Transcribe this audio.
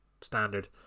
standard